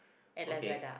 okay